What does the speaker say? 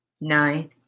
nine